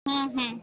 হুম হুম